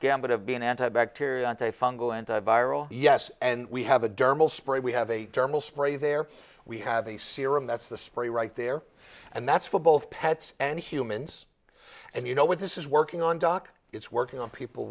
gamut of being anti bacterial antifungal anti viral yes and we have a dermal spray we have a thermal spray there we have a serum that's the spray right there and that's for both pets and humans and you know what this is working on doc it's working on people